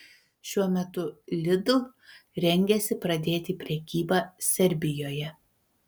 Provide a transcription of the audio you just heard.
šiuo metu lidl rengiasi pradėti prekybą serbijoje